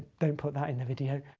don't put that in the video.